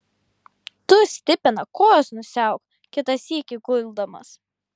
tu stipena kojas nusiauk kitą sykį guldamas